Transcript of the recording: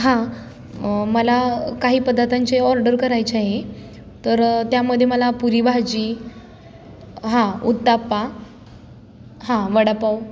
हां मला काही पदार्थांचे ऑर्डर करायचे आहे तर त्यामध्ये मला पुरी भाजी हां उत्तप्पा हां वडापाव